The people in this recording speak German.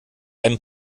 einem